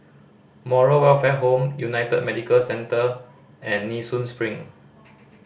Moral Welfare Home United Medicare Centre and Nee Soon Spring